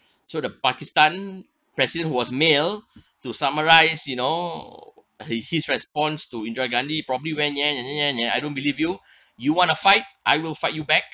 so the pakistan president who was male to summarise you know his his response to indira gandhi probably went I don't believe you you want to fight I will fight you back